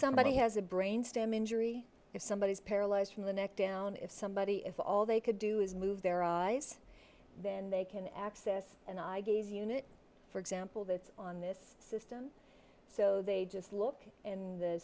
somebody has a brain stem injury if somebody is paralyzed from the neck down if somebody is all they could do is move their eyes then they can access and i gaze unit for example that's on this system so they just look and the